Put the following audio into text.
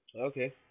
Okay